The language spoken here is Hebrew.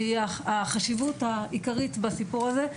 והיא החשיבות העיקרית בסיפור הזה.